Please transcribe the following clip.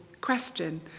question